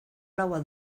laua